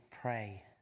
pray